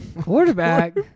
Quarterback